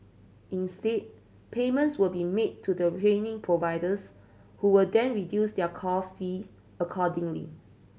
instead payments will be made to the training providers who will then reduce their course fee accordingly